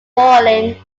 bolling